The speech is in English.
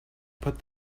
put